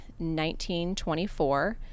1924